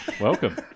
Welcome